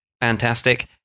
fantastic